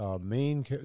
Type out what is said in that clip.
main